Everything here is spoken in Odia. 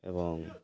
ଏବଂ